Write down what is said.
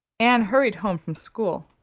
anne hurried home from school,